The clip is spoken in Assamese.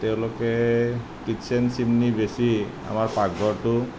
তেওঁলোকে কিটচেন চিমনি বেচি আমাৰ পাকঘৰটো